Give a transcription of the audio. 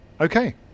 Okay